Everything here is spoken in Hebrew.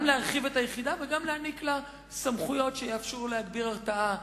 גם להרחיב את היחידה וגם להעניק לה סמכויות שיאפשרו להגביר הרתעה,